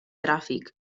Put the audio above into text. tràfic